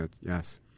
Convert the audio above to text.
Yes